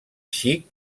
xic